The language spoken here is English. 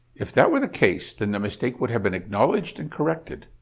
if that were the case, then the mistake would have been acknowledged and corrected?